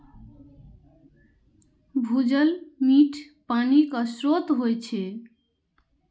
भूजल मीठ पानिक स्रोत होइ छै